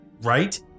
right